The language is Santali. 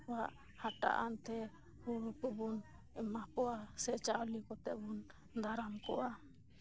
ᱵᱟᱵᱟ ᱠᱚᱣᱟᱜ ᱦᱟᱴᱟᱜ ᱛᱮ ᱦᱳᱲᱳ ᱠᱚᱵᱚᱱ ᱮᱢᱟ ᱠᱚᱣᱟ ᱥᱮ ᱪᱟᱣᱞᱮ ᱠᱚᱛᱮ ᱵᱚᱱ ᱫᱟᱨᱟᱢ ᱠᱚᱣᱟ